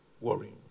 worrying